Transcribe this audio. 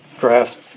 grasp